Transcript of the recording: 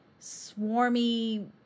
swarmy